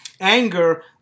Anger